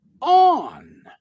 on